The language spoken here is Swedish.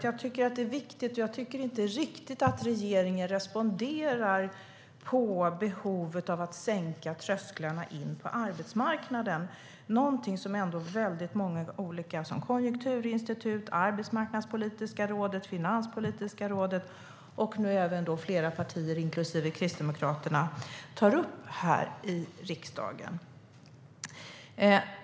Jag tycker att det är viktigt, och jag tycker inte att regeringen riktigt responderar på behovet av att sänka trösklarna in på arbetsmarknaden. Det är någonting som väldigt många, bland annat Konjunkturinstitutet, Arbetsmarknadspolitiska rådet och Finanspolitiska rådet, tar upp - även flera partier inklusive Kristdemokraterna här i riksdagen.